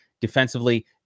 defensively